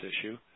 issue